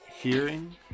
hearing